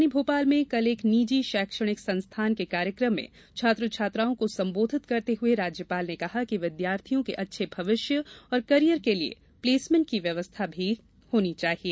राजधानी भोपाल में कल एक निजी शैक्षणिक संस्थान के कार्यक्रम में छात्र छात्राओं को संबोधित करते हुए राज्यपाल ने कहा कि विद्यार्थियों के अच्छे भविष्य और कॅरियर के लिये प्लेसमेंट की व्यवस्था करनी होगी